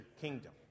kingdom